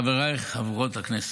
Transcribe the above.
חבריי, חברות בכנסת,